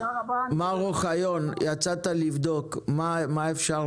מר אוחיון, יצאת לבדוק מה אפשר